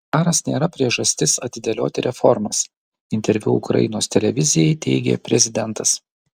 karas nėra priežastis atidėlioti reformas interviu ukrainos televizijai teigė prezidentas